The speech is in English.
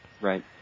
Right